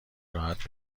راحت